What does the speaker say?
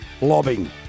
lobbing